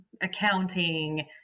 accounting